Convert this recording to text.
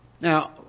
Now